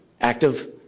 active